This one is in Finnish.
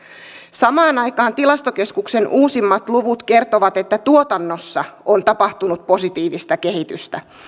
samaan aikaan tilastokeskuksen uusimmat luvut kertovat että tuotannossa on tapahtunut positiivista kehitystä